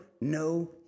no